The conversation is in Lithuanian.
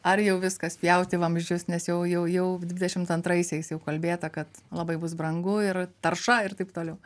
ar jau viskas pjauti vamzdžius nes jau jau jau dvidešimt antraisiais jau kalbėta kad labai bus brangu ir tarša ir taip toliau